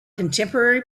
contemporary